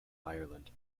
ireland